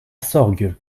sorgues